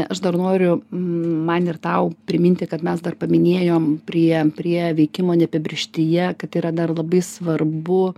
aš dar noriu man ir tau priminti kad mes dar paminėjom prie prie veikimo ne apibrėžtyje kad yra dar labai svarbu